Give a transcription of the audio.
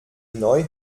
neu